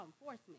enforcement